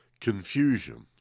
confusion